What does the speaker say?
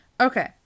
Okay